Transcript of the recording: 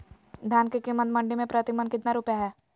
धान के कीमत मंडी में प्रति मन कितना रुपया हाय?